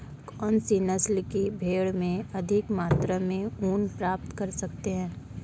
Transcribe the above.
कौनसी नस्ल की भेड़ से अधिक मात्रा में ऊन प्राप्त कर सकते हैं?